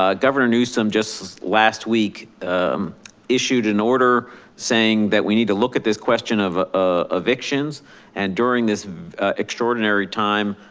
ah governor newsome just last week issued an order saying that we need to look at this question of ah evictions and during this extraordinary time,